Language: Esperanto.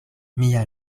mia